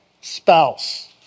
spouse